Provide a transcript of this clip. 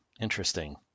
Interesting